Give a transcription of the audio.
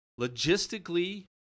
Logistically